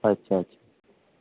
अच्छा अच्छा